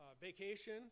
vacation